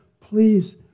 please